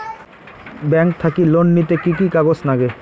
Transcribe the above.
Bank থাকি loan নিতে কি কি কাগজ নাগে?